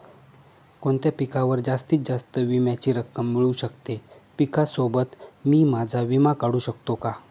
कोणत्या पिकावर जास्तीत जास्त विम्याची रक्कम मिळू शकते? पिकासोबत मी माझा विमा काढू शकतो का?